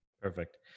Perfect